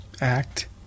Act